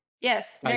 Yes